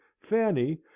Fanny